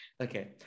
Okay